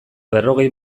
berrogei